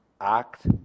act